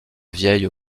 vieille